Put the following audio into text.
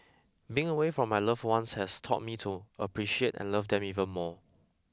being away from my loved ones has taught me to appreciate and love them even more